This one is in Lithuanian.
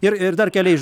ir ir dar keliais